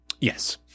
Yes